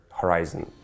horizon